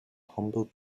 humble